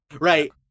Right